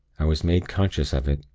i was made conscious of it,